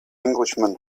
englishman